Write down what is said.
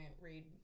read